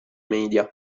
media